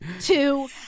two